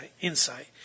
insight